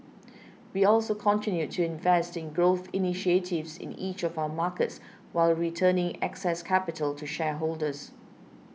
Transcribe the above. we also continued to invest in growth initiatives in each of our markets while returning excess capital to shareholders